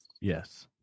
Yes